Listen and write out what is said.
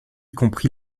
compris